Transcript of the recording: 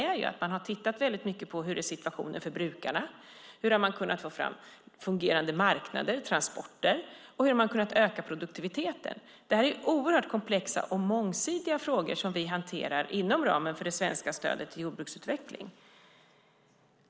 Jo, man har tittat mycket på situationen för brukarna. Hur har man kunnat få fram fungerande marknader och transporter? Hur har man kunnat öka produktiviteten? Det här är oerhört komplexa och mångsidiga frågor som vi hanterar inom ramen för det svenska stödet till jordbruksutveckling.